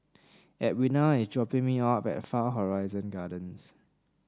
Edwina is dropping me off at Far Horizon Gardens